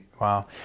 Wow